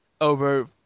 over